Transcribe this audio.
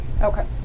Okay